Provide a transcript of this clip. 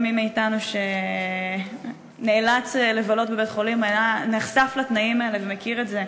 כל מי מאתנו שנאלץ לבלות בבית-חולים נחשף לתנאים האלה ומכיר את זה,